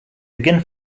begin